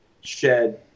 shed